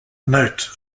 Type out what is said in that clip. note